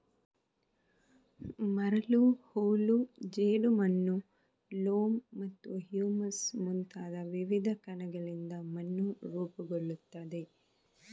ಮರಳು, ಹೂಳು, ಜೇಡಿಮಣ್ಣು, ಲೋಮ್ ಮತ್ತು ಹ್ಯೂಮಸ್ ಮುಂತಾದ ವಿವಿಧ ಕಣಗಳಿಂದ ಮಣ್ಣು ರೂಪುಗೊಳ್ಳುತ್ತದೆ